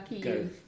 go